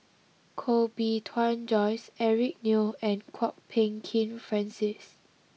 Koh Bee Tuan Joyce Eric Neo and Kwok Peng Kin Francis